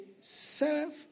self